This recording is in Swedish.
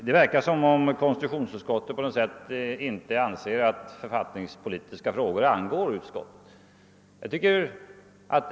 Det verkar som :om konstitutionsutskottet på något sätt anser att författningspolitiska frågor inte angår utskottet.